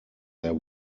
there